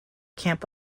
camp